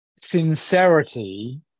sincerity